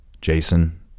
Jason